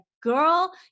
girl